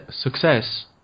success